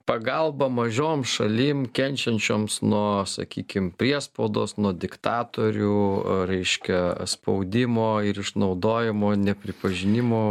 pagalba mažom šalim kenčiančioms nuo sakykim priespaudos nuo diktatorių reiškia spaudimo ir išnaudojimo ne pripažinimo